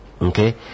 Okay